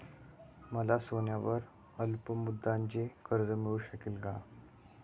मला सोन्यावर अल्पमुदतीचे कर्ज मिळू शकेल का?